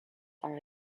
are